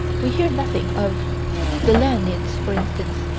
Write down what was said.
we hear nothing of the leonids, for instance.